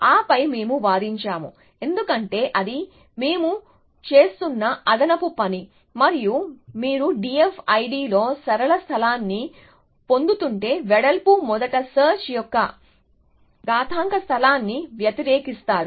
ఆపై మేము వాదించాము ఎందుకంటే అది మేము చేస్తున్న అదనపు పని మరియు మీరు D F I D లో సరళ స్థలాన్ని పొందుతుంటే వెడల్పు మొదటి సెర్చ్ యొక్క ఘాతాంక స్థలాన్ని వ్యతిరేకిస్తారు